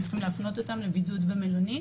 להפנות אותו לבידוד במלונית.